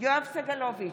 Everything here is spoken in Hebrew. יואב סגלוביץ'